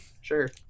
Sure